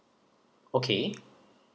okay